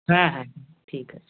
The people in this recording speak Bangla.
হ্যাঁ হ্যাঁ ঠিক আছে